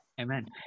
amen